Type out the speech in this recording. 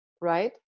right